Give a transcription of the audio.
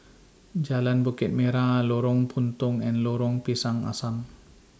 Jalan Bukit Merah Lorong Puntong and Lorong Pisang Asam